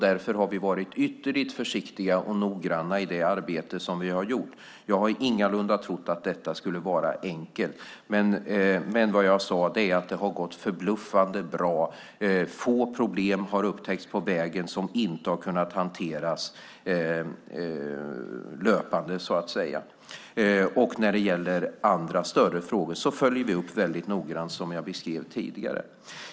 Därför har vi varit ytterligt försiktiga och noggranna i det arbete som vi har gjort. Jag har ingalunda trott att detta skulle vara enkelt. Vad jag sade var att det har gått förbluffande bra. Få problem har upptäckts på vägen som inte har kunnat hanteras löpande. När det gäller andra, större, frågor följer vi upp det hela noggrant, som jag beskrev tidigare.